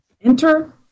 Enter